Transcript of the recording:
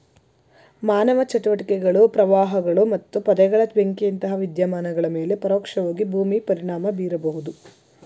ಮಾನವ ಚಟುವಟಿಕೆಗಳು ಪ್ರವಾಹಗಳು ಮತ್ತು ಪೊದೆಗಳ ಬೆಂಕಿಯಂತಹ ವಿದ್ಯಮಾನಗಳ ಮೇಲೆ ಪರೋಕ್ಷವಾಗಿ ಭೂಮಿ ಪರಿಣಾಮ ಬೀರಬಹುದು